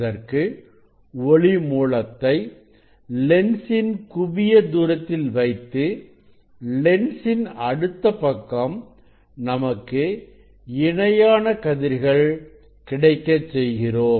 அதற்கு ஒளி மூலத்தை லென்ஸின் குவிய தூரத்தில் வைத்து லென்ஸின் அடுத்த பக்கம் நமக்கு இணையான கதிர்கள் கிடைக்கச் செய்கிறோம்